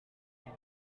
been